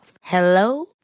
Hello